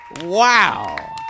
Wow